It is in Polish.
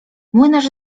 młynarz